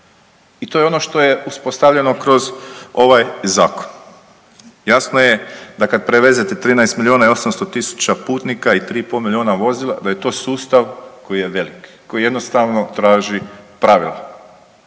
i to je ono što je uspostavljeno kroz ovaj zakon. Jasno je da kad prevezete 13 milijuna i 800 tisuća putnika i 3,5 milijuna vozila da je to sustav koji je velik koji jednostavno traži pravila.